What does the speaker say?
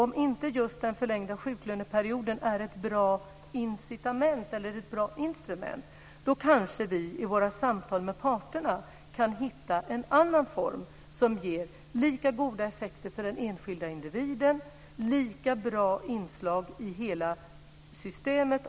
Om inte just den förlängda sjuklöneperioden är ett bra incitament eller ett bra instrument, då kanske vi i våra samtal med parterna kan hitta en annan form som ger lika goda effekter för den enskilda individen och lika bra inslag i hela systemet.